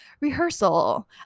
Rehearsal